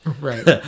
Right